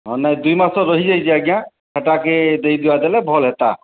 ହଁ ନାଇଁ ଦୁଇ ମାସର ରହିଯାଇଛି ଆଜ୍ଞା ହେଟାକେ ଦେଇଦୁଆ ଦେଲେ ଭଲ ହେତା